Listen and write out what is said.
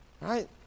Right